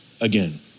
again